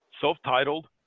self-titled